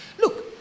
Look